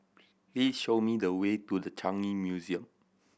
please show me the way to The Changi Museum